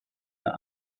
der